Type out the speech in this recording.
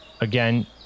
again